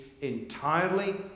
entirely